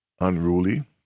unruly